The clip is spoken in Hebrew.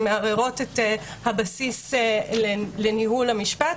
שמערערות את הבסיס לניהול המשפט,